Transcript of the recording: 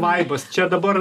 vaibas čia dabar